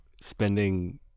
spending